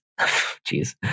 Jeez